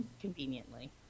Conveniently